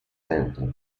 centre